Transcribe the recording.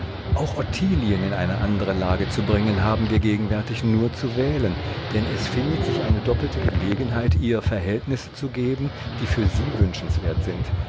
auch ottilien in eine andere lage zu bringen haben wir gegenwärtig nur zu wählen denn es findet sich eine doppelte gelegenheit ihr verhältnisse zu geben die für sie wünschenswert sind